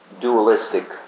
dualistic